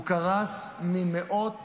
הוא קרס ממאות